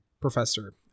professor